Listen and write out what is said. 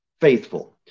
faithful